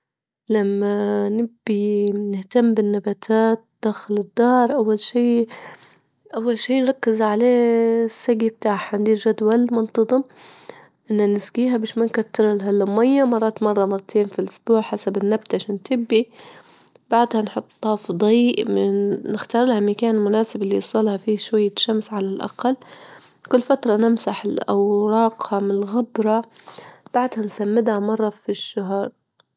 لما نبي نهتم بالنباتات داخل الدار أول شي- أول شي نركز عليه السجي بتاعها ليه جدول منتظم إنا نسجيها باش ما نكتر لها المية، مرات مرة مرتين في الأسبوع حسب النبتة شنو تبي، بعدها نحطها في ضي، من- نختار لها مكان مناسب اللي يوصل لها فيه شوية شمس على الأقل، كل فترة نمسح الأوراقها من الغبرة، بعدها نسمدها مرة في الشهر.